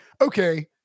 okay